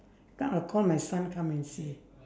then I'll call my son come and see